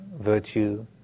virtue